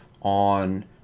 on